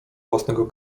własnego